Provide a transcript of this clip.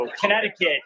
Connecticut